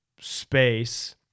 space